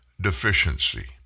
deficiency